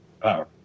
Power